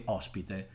ospite